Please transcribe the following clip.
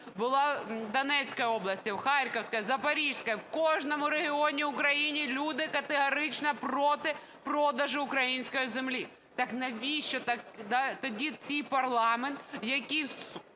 Була в Донецькій області, в Харківській, в Запорізькій. В кожному регіоні України люди категорично проти продажу української землі. Так навіщо тоді цей парламент, який